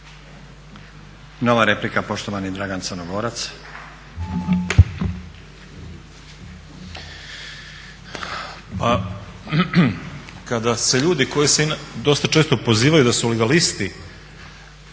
**Crnogorac, Dragan (SDSS)** Kada se ljudi koji se dosta često pozivaju da su legalisti